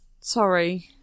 Sorry